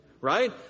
Right